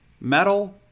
metal